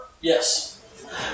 Yes